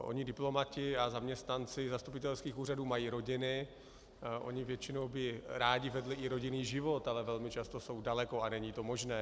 Oni diplomati a zaměstnanci zastupitelských úřadů mají rodiny, oni by většinou rádi vedli i rodinný život, ale velmi často jsou daleko a není to možné.